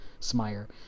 smire